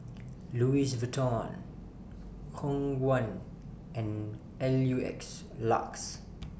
Louis Vuitton Khong Guan and L U X LUX